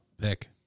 pick